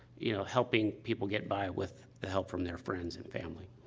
you know, helping people get by with the help from their friends and family.